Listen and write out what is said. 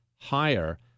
higher